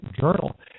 Journal